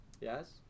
Yes